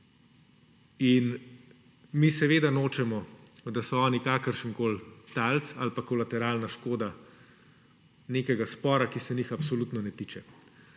Mi seveda nočemo, da so oni kakršenkoli talec ali pa kolateralna škoda nekega spora, ki se njih absolutno ne tiče.